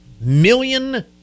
Million